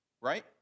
Right